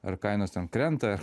ar kainos ten krenta